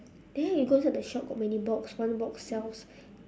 there you go inside the shop got many box one box sells